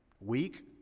Weak